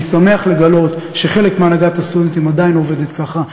אני שמח לגלות שחלק מהנהגת הסטודנטים עדיין עובדת ככה.